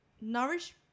Nourish